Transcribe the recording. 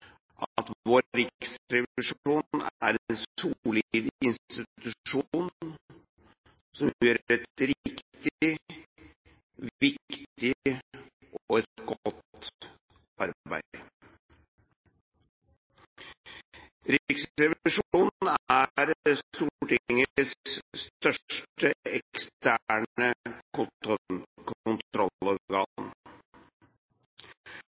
som gjør et viktig, riktig og godt arbeid. Riksrevisjonen er Stortingets største eksterne